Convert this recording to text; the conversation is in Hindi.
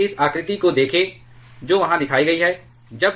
जैसे इस आकृति को देखें जो वहां दिखाई गई है